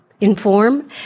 inform